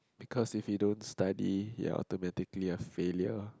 because if you don't study you're automatically a failure